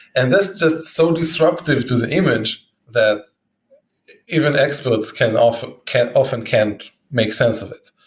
and that's just so disruptive to the image that even experts can often can't often can't make sense of it.